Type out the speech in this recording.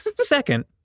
Second